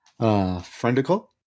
Friendical